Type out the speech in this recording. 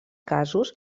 casos